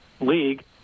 league